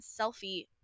selfie